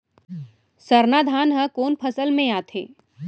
सरना धान ह कोन फसल में आथे?